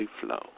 flow